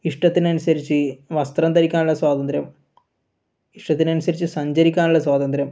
ഇഷ്ട്ടത്തിനനുസരിച്ച് വസ്ത്രം ധരിക്കാനുള്ള സ്വാതന്ത്ര്യം ഇഷ്ട്ടത്തിനനുസരിച്ച് സഞ്ചരിക്കാനുള്ള സ്വാതന്ത്ര്യം